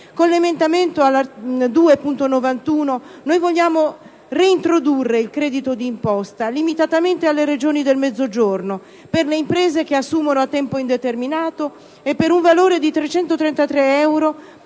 Con l'emendamento 2.91 noi vogliamo reintrodurre il credito d'imposta, limitatamente alle Regioni del Mezzogiorno, per le imprese che assumono a tempo indeterminato e per un valore di 333 euro al mese per